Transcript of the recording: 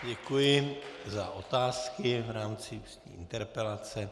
Děkuji za otázky v rámci interpelace.